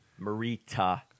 Marita